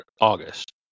August